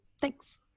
thanks